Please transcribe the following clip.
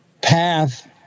path